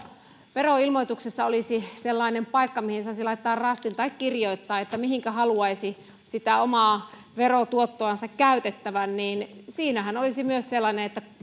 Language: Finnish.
veroilmoituksessa olisi sellainen paikka mihin saisi laittaa rastin tai kirjoittaa mihinkä haluaisi sitä omaa verotuottoansa käytettävän niin siinähän olisi myös sellainen että